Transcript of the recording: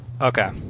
Okay